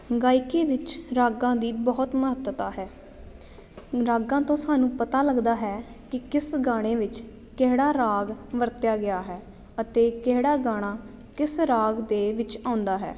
ਗਾਇਕੀ ਵਿੱਚ ਰਾਗਾਂ ਦੀ ਬਹੁਤ ਮਹੱਤਤਾ ਹੈ ਰਾਗਾਂ ਤੋਂ ਸਾਨੂੰ ਪਤਾ ਲੱਗਦਾ ਹੈ ਕਿ ਕਿਸ ਗਾਣੇ ਵਿੱਚ ਕਿਹੜਾ ਰਾਗ ਵਰਤਿਆ ਗਿਆ ਹੈ ਅਤੇ ਕਿਹੜਾ ਗਾਣਾ ਕਿਸ ਰਾਗ ਦੇ ਵਿੱਚ ਆਉਂਦਾ ਹੈ